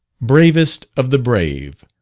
bravest of the brave,